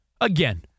Again